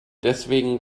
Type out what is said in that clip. deswegen